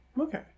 Okay